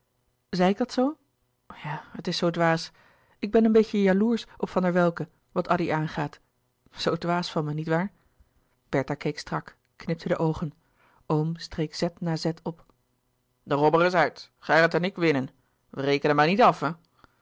ik dat zoo ja het is zoo dwaas ik ben een beetje jaloersch op van der welcke wat addy aangaat zoo dwaas van me niet waar bertha keek strak knipte de oogen oom streek zet na zet op de robber is uit gerrit en ik winnen we rekenen maar niet af